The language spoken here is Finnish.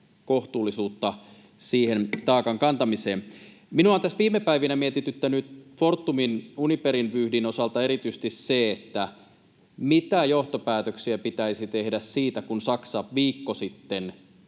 kohtuullisuutta siihen taakan kantamiseen. Minua on tässä viime päivinä mietityttänyt Fortum-Uniperin vyyhdin osalta erityisesti se, että mitä johtopäätöksiä pitäisi tehdä siitä, kun Saksa viikko sitten